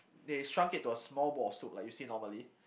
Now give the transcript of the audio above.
they shrunk it to a small bowl of soup like you see normally